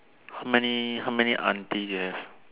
how many how many auntie there